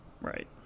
Right